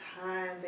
time